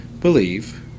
believe